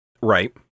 Right